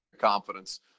confidence